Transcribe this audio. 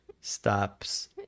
stops